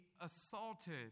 assaulted